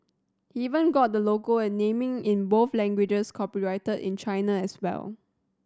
even got the logo and naming in both languages copyrighted in China as well